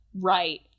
right